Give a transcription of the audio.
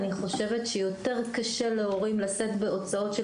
אני חושבת שיותר קשה להורים לשאת בהוצאות של